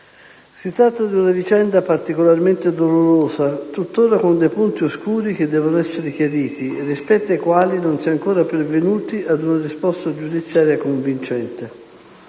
Si tratta di una vicenda particolarmente dolorosa, tutt'ora con dei punti oscuri che devono essere chiariti e rispetto ai quali non si è ancora pervenuti a una risposta giudiziaria convincente.